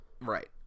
Right